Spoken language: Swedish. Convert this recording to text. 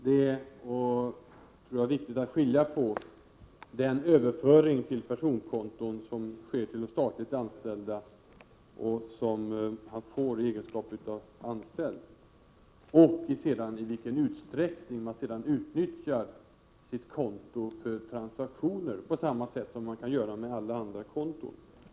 Herr talman! Det är viktigt att skilja mellan den överföring till personkonton som sker till de statligt anställda i deras egenskap av statsanställda och i vilken utsträckning man sedan utnyttjar sitt konto för transaktioner, på samma sätt som man kan göra med alla andra konton.